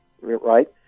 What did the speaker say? right